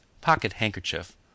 pocket-handkerchief